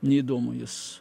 neįdomu jis